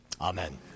Amen